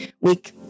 week